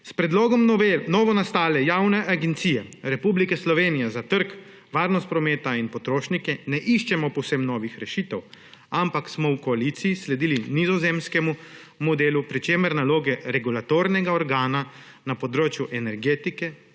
S predlogom novele novonastale Javne agencije Republike Slovenije za trg, varnost prometa in potrošnike ne iščemo povsem novih rešitev, ampak smo v koaliciji sledili nizozemskemu modelu, pri čemer naloge regulatornega organa na področju energetike,